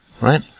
Right